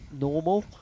normal